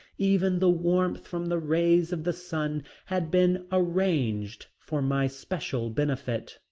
even the warmth from the rays of the sun had been arranged for my special benefit.